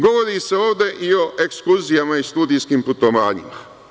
Govori se ovde i o ekskurzijama i studijskim putovanjima.